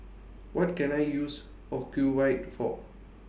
What Can I use Ocuvite For